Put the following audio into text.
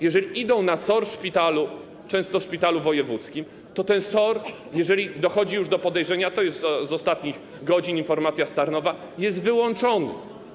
Jeżeli idą na SOR w szpitalu, często w szpitalu wojewódzkim, to ten SOR - jeżeli dochodzi już do podejrzenia, to jest z ostatnich godzin informacja z Tarnowa - jest wyłączony.